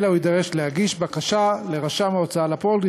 אלא הוא יידרש להגיש בקשה לרשם ההוצאה לפועל,